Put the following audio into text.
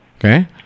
Okay